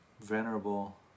venerable